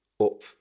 Up